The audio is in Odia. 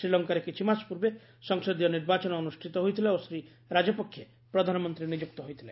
ଶ୍ରୀଲଙ୍କାରେ କିଛିମାସ ପୂର୍ବେ ସଂସଦୀୟ ନିର୍ବାଚନ ଅନୁଷ୍ଠିତ ହୋଇଥିଲା ଓ ଶ୍ରୀ ରାଜପକ୍ଷେ ପ୍ରଧାନମନ୍ତ୍ରୀ ନିଯୁକ୍ତ ହୋଇଥିଲେ